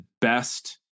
best